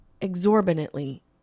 exorbitantly